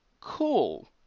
cool